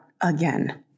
again